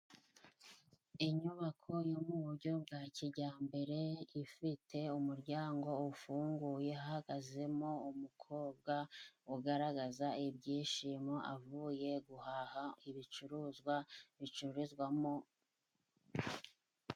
Inyubako yo mu buryo bwa kijyambere ifite umuryango ufunguye, hahagazemo umukobwa ugaragaza ibyishimo, avuye guhaha ibicuruzwa bicururizwamo...